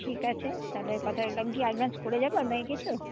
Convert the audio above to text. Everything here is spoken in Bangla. ঠিক আছে তাহলে ওই কথাই রইলো কি অ্যাডভান্স করে যাবো আপনাকে কিছু